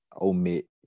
omit